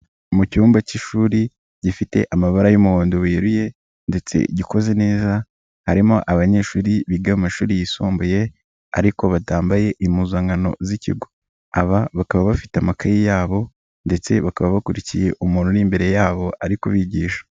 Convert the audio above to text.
Mu cyumba k'ishuri gifite amabara y'umuhondo weruye ndetse gikoze neza, harimo abanyeshuri biga mu mashuri yisumbuye ariko batambaye impuzankano z'ikigo. Aba bakaba bafite amakaye yabo ndetse bakaba bakurikiye umuntu uri imbere yabo, ari kubigisha.